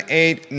eight